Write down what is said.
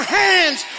hands